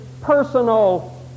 personal